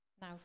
Now